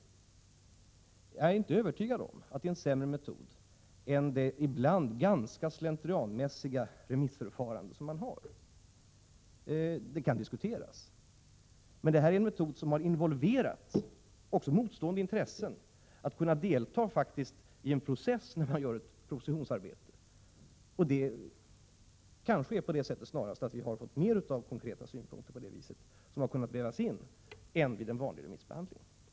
Jag är inte övertygad om att det är en sämre metod än det ibland ganska slentrianmässiga remissförfarandet. Det kan diskuteras, men med denna metod har också motstående intressen involverats och faktiskt kunnat delta i processen med att utarbeta propositionen. Det är kanske snarast på det sättet att vi har fått mer av konkreta synpunkter, som har kunnat spelas in på band, än vid en vanlig remissbehandling.